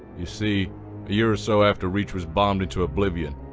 you see, a year or so after reach was bombed into oblivion,